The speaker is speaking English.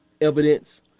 evidence